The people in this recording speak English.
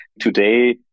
today